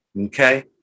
okay